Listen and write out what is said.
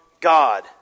God